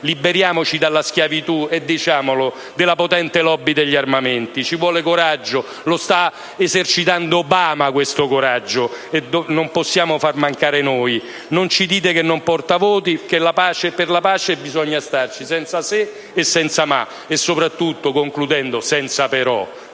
Liberiamoci dalla schiavitù - diciamolo - della potente *lobby* degli armamenti. Ci vuole coraggio: lo sta esercitando Obama questo coraggio, non possiamo farlo mancare noi. Non ci dite che non porta voti, perché per la pace bisogna starci, senza se e senza ma e, soprattutto, senza però.